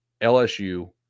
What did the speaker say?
LSU